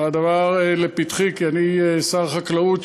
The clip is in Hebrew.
הדבר לפתחי כי אני שר החקלאות,